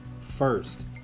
first